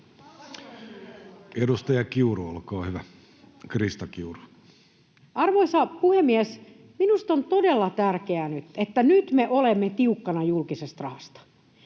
Krista Kiuru, olkaa hyvä. Arvoisa puhemies! Minusta on todella tärkeää, että nyt me olemme tiukkana julkisesta rahasta.